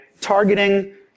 targeting